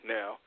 Now